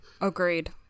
agreed